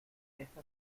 esta